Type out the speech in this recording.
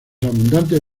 abundantes